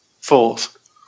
fourth